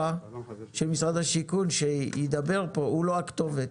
של משרד השיכון שידבר פה הוא לא הכתובת.